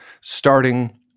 starting